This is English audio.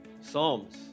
Psalms